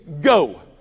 go